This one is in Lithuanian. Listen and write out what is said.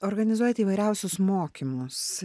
organizuojate įvairiausius mokymus